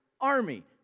army